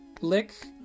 Lick